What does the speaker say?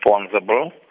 responsible